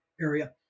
area